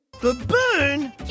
Baboon